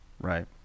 Right